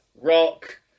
Rock